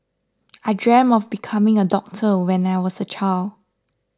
I dreamt of becoming a doctor when I was a child